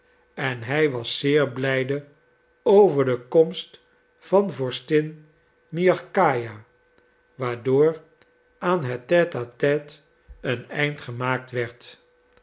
en hij was zeer blijde over de komst van vorstin miagkaja waardoor aan het tête a tête een einde gemaakt werd